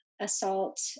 Assault